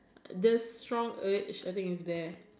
the strong urge I think is there